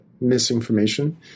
misinformation